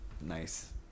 nice